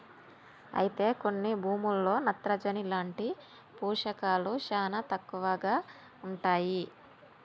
అయితే కొన్ని భూముల్లో నత్రజని లాంటి పోషకాలు శానా తక్కువగా ఉంటాయి